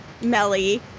Melly